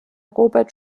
robert